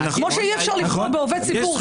כמו שאי-אפשר לפגוע בעובד ציבור,